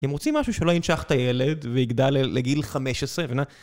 הם רוצים משהו שלא ינשך את הילד, ויגדל לגיל 15, את מבינה?